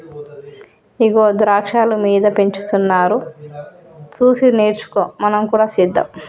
ఇగో ద్రాక్షాలు మీద పెంచుతున్నారు సూసి నేర్చుకో మనం కూడా సెద్దాం